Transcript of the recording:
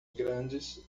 grandes